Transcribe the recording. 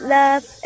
love